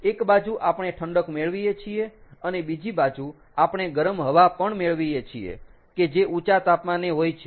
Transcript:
તો એક બાજુ આપણે ઠંડક મેળવીએ છીએ અને બીજી બાજુ આપણે ગરમ હવા પણ મેળવીએ છીએ કે જે ઊંચા તાપમાને હોય છે